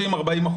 40%-30%.